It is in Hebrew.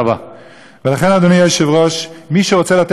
ולכן, אדוני היושב-ראש, מי שרוצה לתת תשובה לאו"ם,